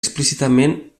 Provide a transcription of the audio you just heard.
explícitament